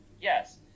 yes